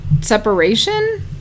separation